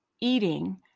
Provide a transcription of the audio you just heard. eating